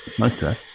okay